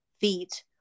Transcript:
feet